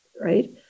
right